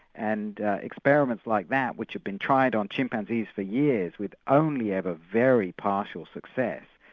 and experiments like that, which have been tried on chimpanzees for years with only ever very partial success.